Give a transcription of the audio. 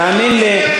תאמין לי,